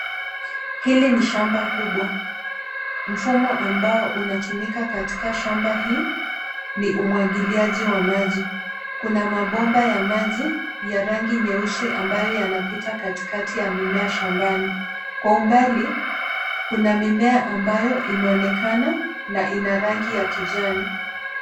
Hili ni shamba kubwa mfumo ambao unatumika katika shamba hii ni umwagiliaji wa maji ,kuna mabomba ya maji ya rangi nyeusi ambayo yanapita katikati ya mimea shambani, kwa umbali kuna mimea ambayo inaonekana na ina rangi ya kijani.